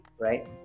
right